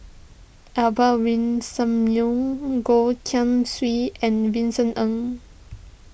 Albert Winsemius Goh Keng Swee and Vincent Ng